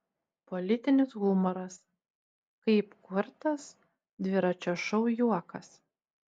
politinis humoras kaip kurtas dviračio šou juokas